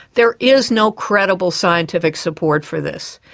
there is no credible scientific support for this.